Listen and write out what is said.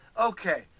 Okay